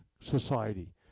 society